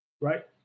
right